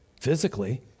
physically